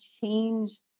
change